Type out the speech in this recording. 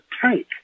tank